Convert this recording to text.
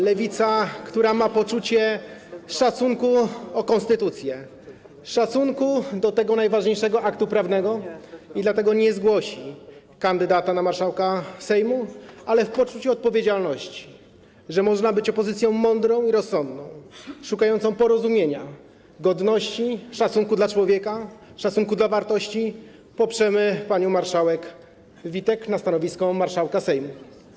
Lewica, która ma poczucie szacunku do konstytucji, szacunku do tego najważniejszego aktu prawnego, dlatego nie zgłosi kandydata na marszałka Sejmu, ale w poczuciu odpowiedzialności, że można być opozycją mądrą i rozsądną, szukającą porozumienia, godności, szacunku dla człowieka, szacunku dla wartości, poprzemy kandydaturę pani marszałek Witek na stanowisko marszałka Sejmu.